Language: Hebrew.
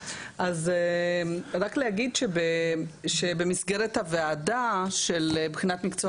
רק להגיד שבמסגרת הוועדה של בחינת מקצוע